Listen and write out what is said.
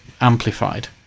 amplified